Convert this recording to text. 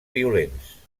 violents